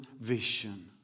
vision